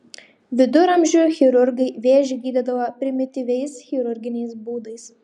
viduramžių chirurgai vėžį gydydavo primityviais chirurginiais būdais